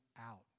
out